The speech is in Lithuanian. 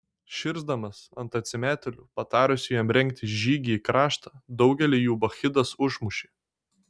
širsdamas ant atsimetėlių patarusių jam rengti žygį į kraštą daugelį jų bakchidas užmušė